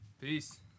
Peace